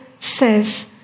says